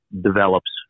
develops